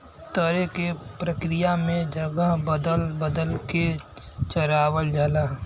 तरे के प्रक्रिया में जगह बदल बदल के चरावल जाला